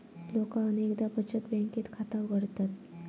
लोका अनेकदा बचत बँकेत खाता उघडतत